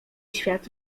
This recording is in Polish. świat